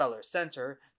Center